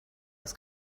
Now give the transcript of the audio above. was